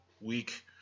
week